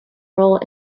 role